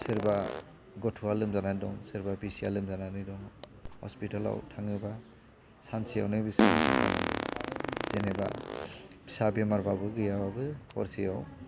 सोरबा गथ'आ लोमजानानै दं सोरबा बिसिया लोमजानानै दङ हस्पिटालाव थाङोबा सानसेयावनो बेसेबां थाखा नांगौ जेनेबा फिसा बेमारबाबो गैयाबाबो हरसेयाव